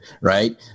right